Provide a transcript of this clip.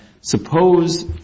suppose